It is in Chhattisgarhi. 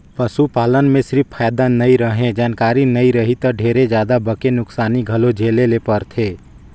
पसू पालन में सिरिफ फायदा नइ रहें, जानकारी नइ रही त ढेरे जादा बके नुकसानी घलो झेले ले परथे